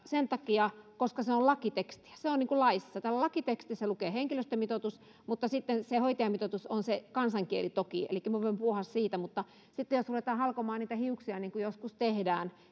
sen takia koska se on lakitekstiä se on laissa täällä lakitekstissä lukee henkilöstömitoitus mutta hoitajamitoitus on se kansankielinen toki elikkä me voimme puhua siitä mutta jos ruvetaan halkomaan hiuksia niin kuin joskus tehdään